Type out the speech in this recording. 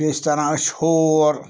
بیٚیہِ ٲسۍ تَران أسۍ ہور